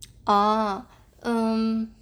ah um